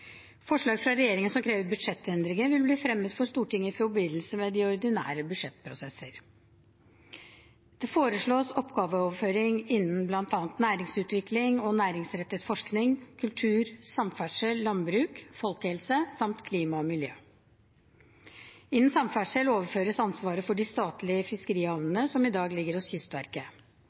Forslag fra regjeringen som krever budsjettendringer, vil bli fremmet for Stortinget i forbindelse med de ordinære budsjettprosesser. Det foreslås oppgaveoverføring innen bl.a. næringsutvikling og næringsrettet forskning, kultur, samferdsel, landbruk, folkehelse samt klima og miljø. Innen samferdsel overføres ansvaret for de statlige fiskerihavnene, som i dag ligger hos Kystverket.